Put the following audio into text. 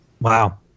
Wow